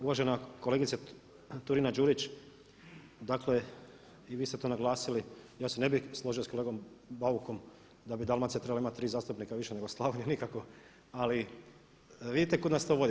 Uvažena kolegice Turina-Đurić dakle i vi ste to naglasili ja se ne bih složio s kolegom Baukom da bi Dalmacija trebala imati tri zastupnika više nego Slavonija nikako, ali vidite kud nas to vodi.